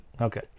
Okay